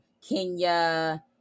kenya